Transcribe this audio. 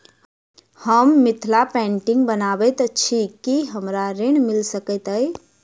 हम मिथिला पेंटिग बनाबैत छी की हमरा ऋण मिल सकैत अई?